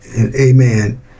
Amen